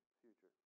future